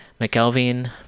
McElveen